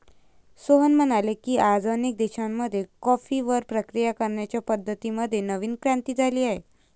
सोहन म्हणाले की, आज अनेक देशांमध्ये कॉफीवर प्रक्रिया करण्याच्या पद्धतीं मध्ये नवीन क्रांती झाली आहे